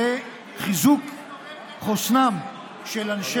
היא חיזוק חוסנם של אנשי,